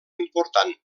important